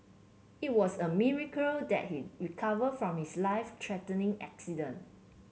it was a miracle that he recovered from his life threatening accident